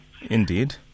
Indeed